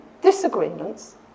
disagreements